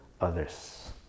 others